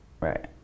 right